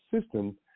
system